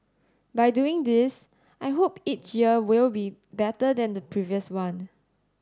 by doing this I hope each year will be better than the previous one